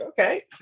okay